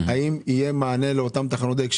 האם יהיה מענה לאותן תחנות דלק,